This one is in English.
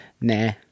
Nah